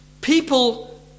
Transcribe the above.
people